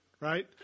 right